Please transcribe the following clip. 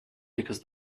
because